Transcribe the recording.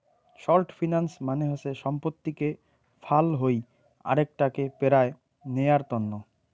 short finance মানে হসে সম্পত্তিকে ফাল হই আরেক টাকে পেরায় নেয়ার তন্ন